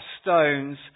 stones